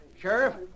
Sheriff